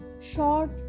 short